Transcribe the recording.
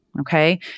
okay